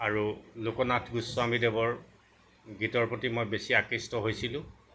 আৰু লোকনাথ গোস্বামীদেৱৰ গীতৰ প্ৰতি মই বেছি আকৃষ্ট হৈছিলোঁ